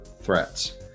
threats